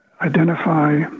identify